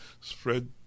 spread